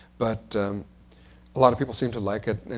but a lot of people seem to like it.